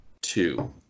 two